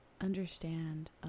understand